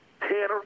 tanner